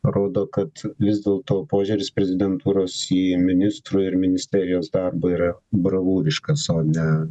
rodo kad vis dėlto požiūris prezidentūros į ministrų ir ministerijos darbą yra bravūriškas o ne